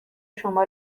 شما